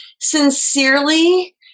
sincerely